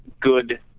good